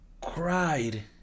cried